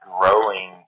growing